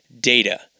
data